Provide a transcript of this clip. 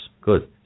Good